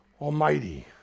almighty